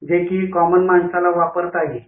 जे की कॉमन माणसांना वापरता येईल